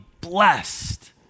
blessed